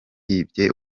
yibye